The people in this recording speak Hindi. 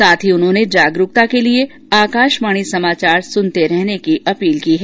साथ ही उन्होंने जागरूकता के लिए आकशवाणी समाचार सुनते रहने की अपील की है